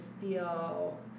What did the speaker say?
feel